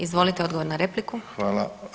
Izvolite odgovor na repliku.